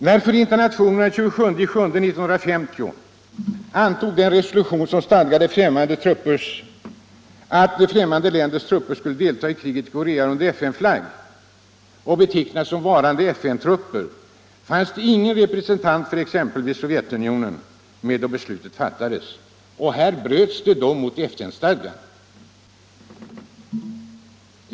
När Förenta nationerna den 27 juli 1950 antog den resolution som stadgade att främmande länders trupper skulle delta i kriget i Korea under FN-flagg och betecknas som FN-trupper, så fanns det ingen representant för exempelvis Sovjetunionen med då det beslutet fattades. Här bröt man mot FN-stadgan.